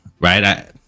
right